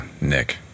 Nick